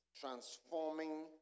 transforming